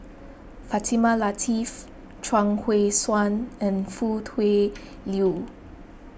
Fatimah Lateef Chuang Hui Tsuan and Foo Tui Liew